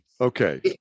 Okay